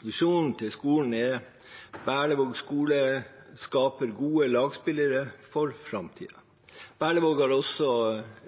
Visjonen til skolen er: «Berlevåg skole skaper gode lagspillere for framtida». Berlevåg har også